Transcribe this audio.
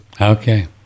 Okay